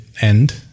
end